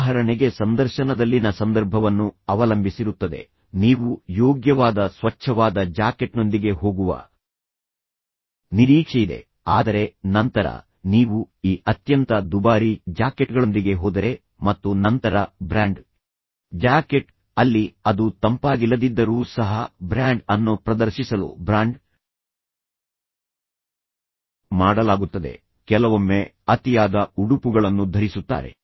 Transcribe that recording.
ಉದಾಹರಣೆಗೆ ಸಂದರ್ಶನದಲ್ಲಿನ ಸಂದರ್ಭವನ್ನು ಅವಲಂಬಿಸಿರುತ್ತದೆ ನೀವು ಯೋಗ್ಯವಾದ ಸ್ವಚ್ಛವಾದ ಜಾಕೆಟ್ನೊಂದಿಗೆ ಹೋಗುವ ನಿರೀಕ್ಷೆಯಿದೆ ಆದರೆ ನಂತರ ನೀವು ಈ ಅತ್ಯಂತ ದುಬಾರಿ ಜಾಕೆಟ್ಗಳೊಂದಿಗೆ ಹೋದರೆ ಮತ್ತು ನಂತರ ಬ್ರ್ಯಾಂಡ್ ಜಾಕೆಟ್ ಅಲ್ಲಿ ಅದು ತಂಪಾಗಿಲ್ಲದಿದ್ದರೂ ಸಹ ಬ್ರ್ಯಾಂಡ್ ಅನ್ನು ಪ್ರದರ್ಶಿಸಲು ಬ್ರಾಂಡ್ ಮಾಡಲಾಗುತ್ತದೆ ಕೆಲವೊಮ್ಮೆ ಅತಿಯಾದ ಉಡುಪುಗಳನ್ನು ಧರಿಸುತ್ತಾರೆ